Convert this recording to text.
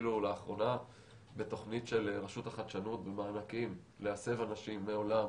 אפילו לאחרונה בתוכנית של רשות החדשנות במענקים להסב אנשים מעולם